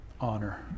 honor